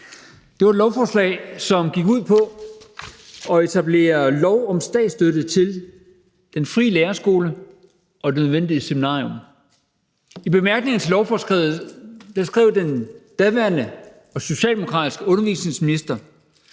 Det var et lovforslag, som gik ud på at etablere lov om statsstøtte til Den Frie Lærerskole og Det Nødvendige Seminarium. I bemærkningerne til lovforslaget skrev den daværende socialdemokratiske undervisningsminister: